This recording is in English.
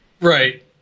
Right